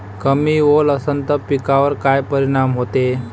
कमी ओल असनं त पिकावर काय परिनाम होते?